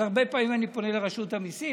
אז הרבה פעמים אני פונה לרשות המיסים,